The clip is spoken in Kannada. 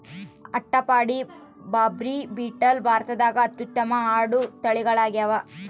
ಅಟ್ಟಪಾಡಿ, ಬಾರ್ಬರಿ, ಬೀಟಲ್ ಭಾರತದಾಗ ಅತ್ಯುತ್ತಮ ಆಡು ತಳಿಗಳಾಗ್ಯಾವ